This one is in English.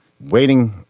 waiting